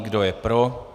Kdo je pro?